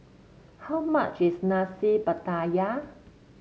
how much is Nasi Pattaya